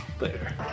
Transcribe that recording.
later